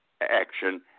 action